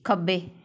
ਖੱਬੇ